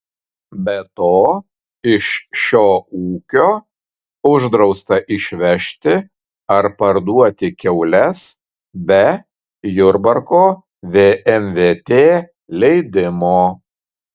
be to iš šio ūkio uždrausta išvežti ar parduoti kiaules be jurbarko vmvt leidimo